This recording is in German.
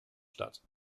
statt